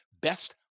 best